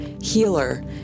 healer